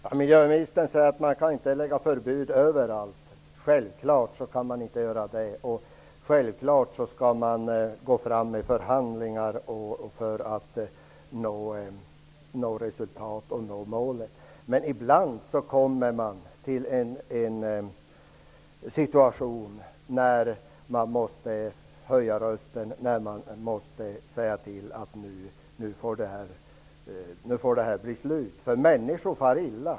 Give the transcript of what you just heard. Herr talman! Miljöministern säger att man inte kan skapa förbud överallt. Det kan man självfallet inte. Självfallet skall man förhandla för att nå resultat. Men ibland kommer man till en situation när man måste höja rösten och säga till att det får ta slut. Människor far illa.